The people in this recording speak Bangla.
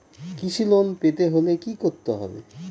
কৃষি লোন পেতে হলে কি করতে হবে?